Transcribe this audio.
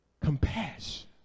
compassion